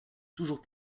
toujours